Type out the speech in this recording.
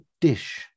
dish